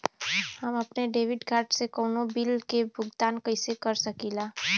हम अपने debit card से कउनो बिल के भुगतान कइसे कर सकीला?